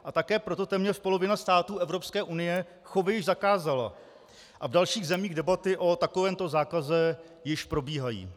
A také proto téměř polovina států Evropské unie chovy již zakázala a v dalších zemích debaty o takovémto zákaze již probíhají.